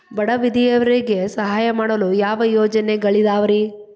ಬಡ ವಿಧವೆಯರಿಗೆ ಸಹಾಯ ಮಾಡಲು ಯಾವ ಯೋಜನೆಗಳಿದಾವ್ರಿ?